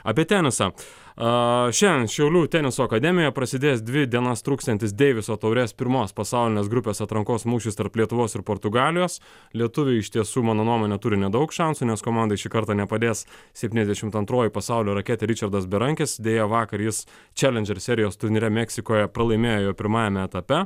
apie tenisą a šiandien šiaulių teniso akademija prasidės dvi dienas truksiantis deiviso taurės pirmos pasaulinės grupės atrankos mūšis tarp lietuvos ir portugalijos lietuviai iš tiesų mano nuomone turi nedaug šansų nes komanda šį kartą nepadės septyniasdešimt antroji pasaulio raketė ričardas berankis deja vakar jis čelinžir serijos turnyre meksikoje pralaimėjo pirmajame etape